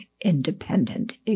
independent